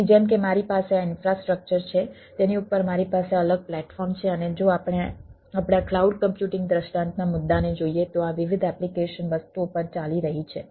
તેથી જેમ કે મારી પાસે આ ઈન્ફ્રાસ્ટ્રક્ચર છે તેની ઉપર મારી પાસે અલગ પ્લેટફોર્મ છે અને જો આપણે આપણા ક્લાઉડ કમ્પ્યુટિંગ દૃષ્ટાંતના મુદ્દાને જોઈએ તો આ વિવિધ એપ્લિકેશન વસ્તુઓ પર ચાલી રહી છે